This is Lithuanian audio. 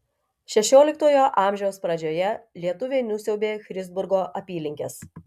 šešioliktojo amžiaus pradžioje lietuviai nusiaubė christburgo apylinkes